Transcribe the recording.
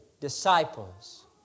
disciples